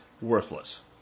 worthless